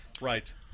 Right